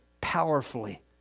powerfully